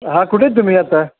हा कुठे आहे तुम्ही आता